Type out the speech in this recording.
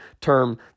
term